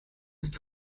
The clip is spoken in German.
ist